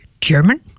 German